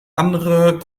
andere